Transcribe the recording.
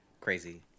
crazy